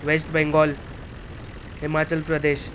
waste Bengal Himachal Pradesh